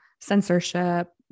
censorship